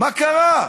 מה קרה?